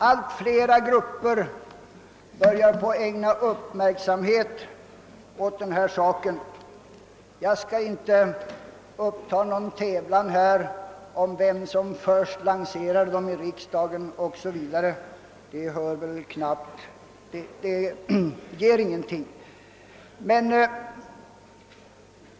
Allt flera grupper börjar nu ägna uppmärksamhet åt dem, och jag skall inte här ta upp någon tävlan om vem som först lanserade de frågorna här i riksdagen; det skulle inte ge någonting.